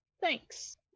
Thanks